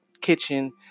kitchen